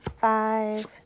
five